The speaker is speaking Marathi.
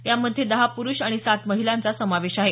यामध्ये दहा पुरुष आणि सात महिलांचा समावेश आहे